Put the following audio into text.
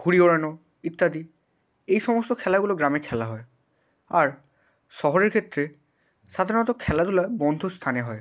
ঘুড়ি ওড়ানো ইত্যাদি এই সমস্ত খেলাগুলো গ্রামে খেলা হয় আর শহরের ক্ষেত্রে সাধারণত খেলাধুলা বন্ধ স্থানে হয়